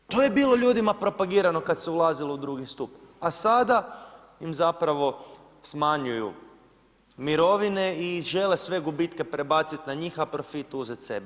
To je bilo ljudima propagirano kad se ulazilo u drugi stup, a sada im zapravo smanjuju mirovine i žele sve gubitke prebaciti na njih, a profit uzet sebi.